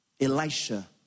Elisha